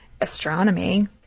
astronomy